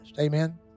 Amen